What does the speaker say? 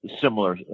similar